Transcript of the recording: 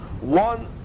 One